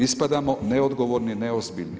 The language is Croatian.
Ispadamo neodgovorni, neozbiljni.